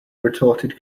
retorted